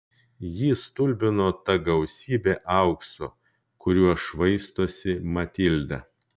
jį stulbino ta gausybė aukso kuriuo švaistosi matilda